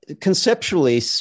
conceptually